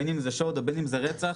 בין אם זה בשוד ובין אם זה ברצח.